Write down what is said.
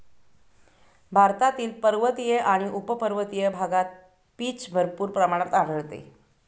भारतातील पर्वतीय आणि उपपर्वतीय भागात पीच भरपूर प्रमाणात आढळते